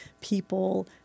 people